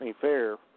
fair